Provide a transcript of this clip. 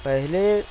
پہلے